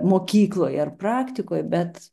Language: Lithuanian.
mokykloj ar praktikoj bet